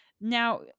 Now